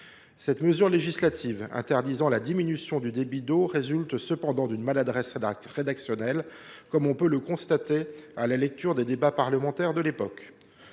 disposition législative qui a interdit la réduction du débit d’eau résulte en fait d’une maladresse rédactionnelle, comme on peut le constater à la lecture des débats parlementaires de l’époque.